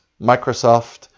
Microsoft